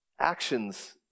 Actions